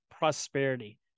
prosperity